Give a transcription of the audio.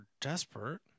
desperate